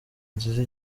nziza